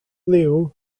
liw